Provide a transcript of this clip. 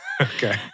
Okay